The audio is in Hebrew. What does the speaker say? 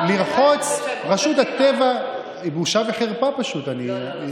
המלאך הטוב הפך להיות שטן.